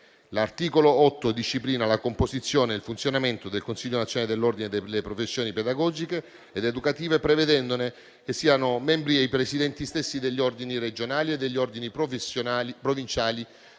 L'articolo 8 disciplina la composizione e il funzionamento del Consiglio nazionale dell'ordine delle professioni pedagogiche ed educative, prevedendo che ne siano membri i presidenti stessi degli ordini regionali e degli ordini provinciali